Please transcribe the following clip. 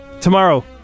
tomorrow